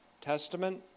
Testament